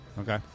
Okay